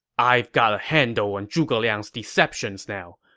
i've got a handle on zhuge liang's deceptions now.